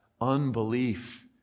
unbelief